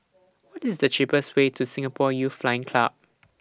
What IS The cheapest Way to Singapore Youth Flying Club